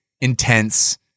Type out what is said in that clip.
intense